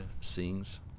sings